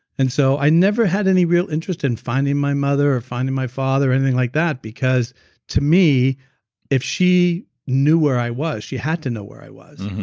and so i never had any real interest in finding my mother or finding my father or anything like that because to me if she knew where i was, she had to know where i was.